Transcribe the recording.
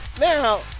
Now